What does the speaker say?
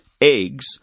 eggs